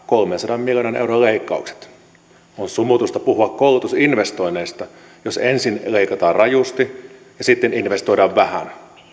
kolmensadan miljoonan euron leikkaukset on sumutusta puhua koulutusinvestoinneista jos ensin leikataan rajusti ja sitten investoidaan vähän